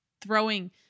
throwing